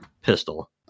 pistol